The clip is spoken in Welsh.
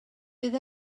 bydd